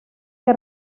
que